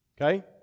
Okay